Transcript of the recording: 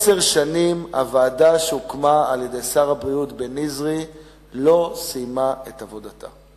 עשר שנים הוועדה שהוקמה על-ידי שר הבריאות בניזרי לא סיימה את עבודתה.